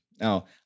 Now